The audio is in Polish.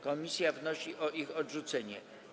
Komisja wnosi o ich odrzucenie.